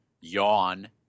Yawn